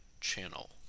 channel